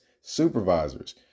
supervisors